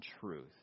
truth